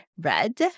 red